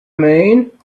mean